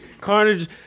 Carnage